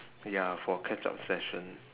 ya for catch up session